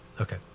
Okay